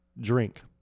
drink